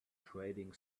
trading